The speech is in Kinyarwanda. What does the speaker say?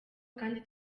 kandi